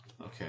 Okay